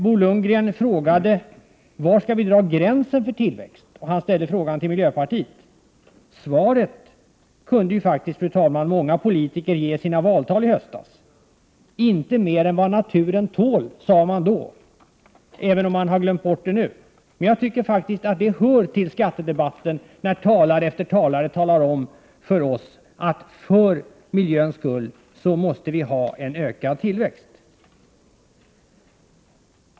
Bo Lundgren ställde en fråga till miljöpartiet: Var skall vi dra gränsen för tillväxten? Svaret kunde faktiskt många politiker ge i sina valtal i höstas. Inte mer än vad naturen tål, sade man då, även om man har glömt bort det nu. Jag anser att det hör till skattedebatten när talare efter talare talar om för oss att för miljöns skull måste vi ha en ökad tillväxt.